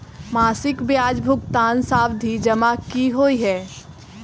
मासिक ब्याज भुगतान सावधि जमा की होइ है?